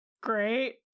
Great